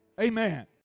Amen